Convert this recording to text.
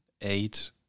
eight